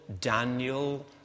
Daniel